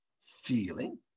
feeling